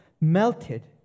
melted